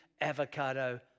avocado